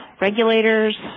regulators